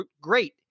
great